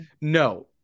No